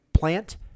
plant